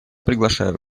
приглашаю